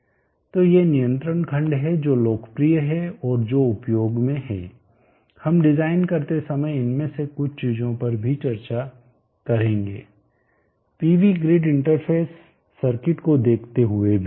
तो ये नियंत्रण खंड हैं जो लोकप्रिय हैं और जो उपयोग में हैं हम डिजाइन करते समय इनमें से कुछ चीजों पर भी चर्चा करेंगे पीवी ग्रिड इंटरफ़ेस सर्किट को देखते हुए भी